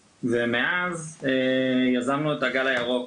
מאז יזמנו את ׳הגל הירוק׳,